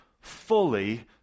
fully